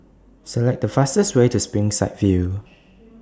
Select The fastest Way to Springside View